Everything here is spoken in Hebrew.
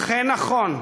אכן נכון,